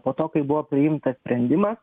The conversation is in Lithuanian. po to kai buvo priimtas sprendimas